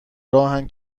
راهن